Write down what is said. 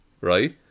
Right